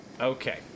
Okay